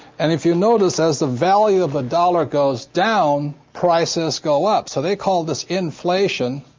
and if you notice, as the value of the dollar goes down, prices go up. so they call this inflation.